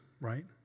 right